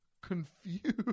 confused